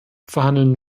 verhandeln